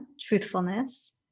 truthfulness